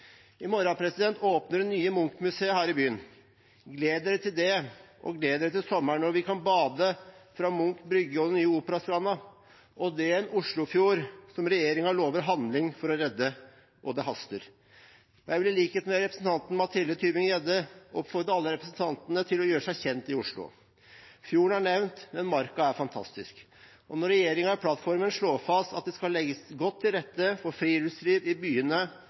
I morgen åpner det nye Munch-museet her i byen. Gled dere til det, og gled dere til sommeren, når vi kan bade fra Munch brygge og den nye Operastranda – og det i en fjord som regjeringen lover handling for å redde, det haster. Jeg vil i likhet med representanten Mathilde Tybring-Gjedde oppfordre alle representantene til å gjøre seg kjent i Oslo. Fjorden er nevnt, men marka er fantastisk. Når regjeringen i plattformen slår fast at det skal legges godt til rette for friluftsliv i byene,